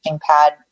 pad